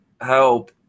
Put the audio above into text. help